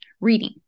reading